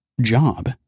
job